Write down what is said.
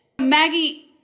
Maggie